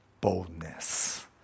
boldness